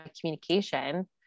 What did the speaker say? communication